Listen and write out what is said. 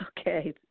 Okay